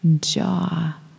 jaw